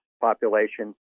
population